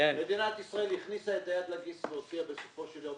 מדינת ישראל הכניסה את היד לכיס והוציאה בסופו של יום